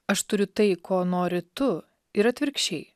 aš turiu tai ko nori tu ir atvirkščiai